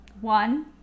One